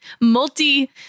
multi